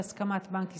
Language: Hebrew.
ובהסכמת בנק ישראל.